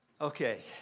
Okay